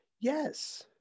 Yes